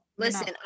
Listen